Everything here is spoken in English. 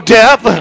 death